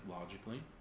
logically